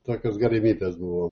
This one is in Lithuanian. tokios galimybės buvo